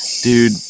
dude